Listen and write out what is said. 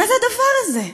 מה זה הדבר הזה?